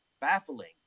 baffling